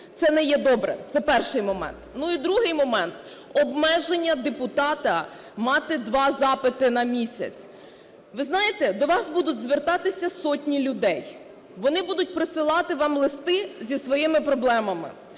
це не є добре. Це перший момент. Ну, і другий момент. Обмеження депутата мати два запити на місяць. Ви знаєте, до вас будуть звертатися сотні людей. Вони будуть присилати вам листи зі своїми проблемами.